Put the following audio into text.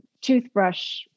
toothbrush